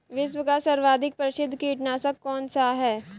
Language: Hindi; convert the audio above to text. विश्व का सर्वाधिक प्रसिद्ध कीटनाशक कौन सा है?